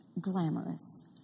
glamorous